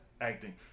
acting